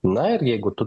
na ir jeigu tu